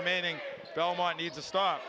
remaining belmont need to stop